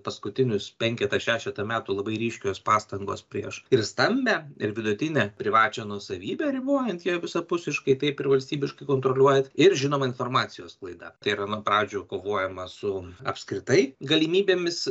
paskutinius penketą šešetą metų labai ryškios pastangos prieš ir stambią ir vidutinę privačią nuosavybę ribojant ją visapusiškai taip ir valstybiškai kontroliuojant ir žinoma informacijos sklaida tai yra na pradžioj kovojama su apskritai galimybėmis